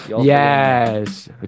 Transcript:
yes